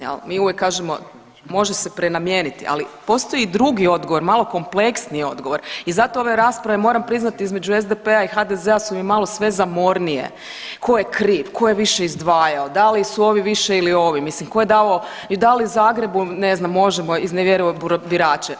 Jel, mi uvijek kažemo može se prenamijeniti, ali postoji i drugi odgovor, malo kompleksniji odgovor i zato ove rasprave moram priznati između SDP-a i HDZ-a su mi malo sve zamornije, tko je kriv, tko je više izdvajao, da li su ovi više ili ovi, mislim tko je davao i da li je u Zagrebu ne znam Možemo iznevjerilo birače.